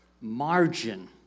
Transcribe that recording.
margin